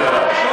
מה שאתה אמרת?